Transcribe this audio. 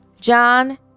John